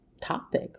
topic